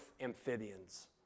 amphibians